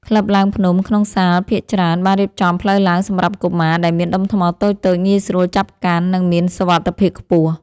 ក្លឹបឡើងភ្នំក្នុងសាលភាគច្រើនបានរៀបចំផ្លូវឡើងសម្រាប់កុមារ ដែលមានដុំថ្មតូចៗងាយស្រួលចាប់កាន់ និងមានសុវត្ថិភាពខ្ពស់។